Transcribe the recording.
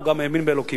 הוא גם האמין באלוקים,